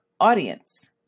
audience